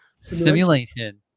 simulation